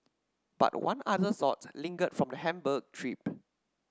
but one other thought lingered from the Hamburg trip